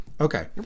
Okay